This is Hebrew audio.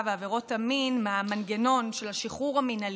ועבירות המין מהמנגנון של השחרור המינהלי,